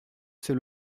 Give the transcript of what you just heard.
c’est